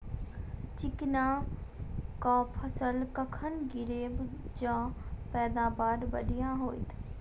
चिकना कऽ फसल कखन गिरैब जँ पैदावार बढ़िया होइत?